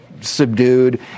subdued